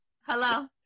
Hello